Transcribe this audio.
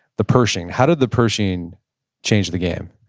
the pershing. how did the pershing change the game?